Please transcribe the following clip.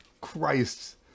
Christ